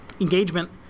engagement